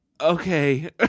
Okay